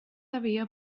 havia